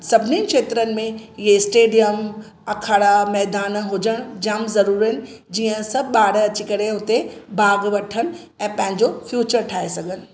सभनिन क्षेत्रनि में इहे स्टेडिअम अखाड़ा मैदान हुजण जाम ज़रूरु आहिनि जीअं सभु ॿार अची करे हुते भागु वठनि ऐं पंहिंजो फ्यूचर ठाहे सघनि